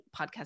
podcast